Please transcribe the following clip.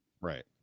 Right